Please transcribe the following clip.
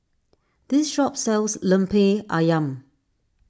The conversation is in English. this shop sells Lemper Ayam